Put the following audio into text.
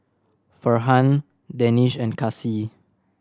Farhan Danish and Kasih